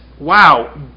wow